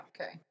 Okay